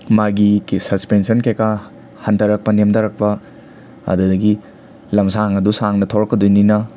ꯃꯥꯒꯤ ꯁꯁꯄꯦꯟꯁꯟ ꯀꯩꯀꯥ ꯍꯟꯗꯔꯛꯄ ꯅꯦꯝꯗꯔꯛꯄ ꯑꯗꯨꯗꯒꯤ ꯂꯝꯁꯥꯡ ꯑꯗꯨ ꯁꯥꯡꯅ ꯊꯧꯔꯛꯀꯗꯣꯏꯅꯤꯅ